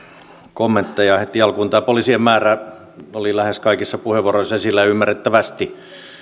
kommentteja heti alkuun tämä poliisien määrä oli lähes kaikissa puheenvuoroissa esillä ymmärrettävästi